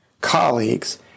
colleagues